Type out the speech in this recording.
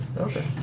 Okay